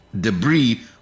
debris